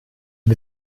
die